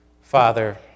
Father